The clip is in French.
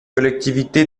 collectivité